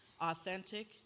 authentic